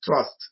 Trust